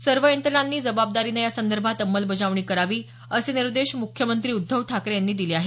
सर्व यंत्रणांनी जबाबदारीने यासंदर्भात अंमलबजावणी करावी असे निर्देश मुख्यमंत्री उद्धव ठाकरे यांनी दिले आहेत